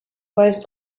was